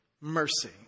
mercy